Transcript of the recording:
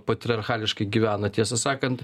patriarchališkai gyvena tiesą sakant